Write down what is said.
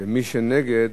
ומי שנגד